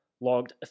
logged